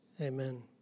Amen